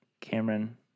Cameron